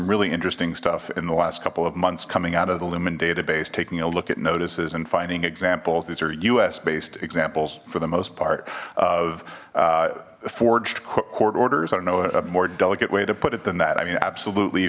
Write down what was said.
really interesting stuff in the last couple of months coming out of the lumen database taking a look at notices and finding examples these are us based examples for the most part of the forged court orders are known a more delicate way to put it than that i mean absolutely